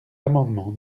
amendement